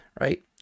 right